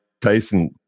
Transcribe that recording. Tyson